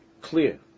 clear